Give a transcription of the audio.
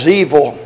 evil